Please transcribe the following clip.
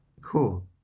Cool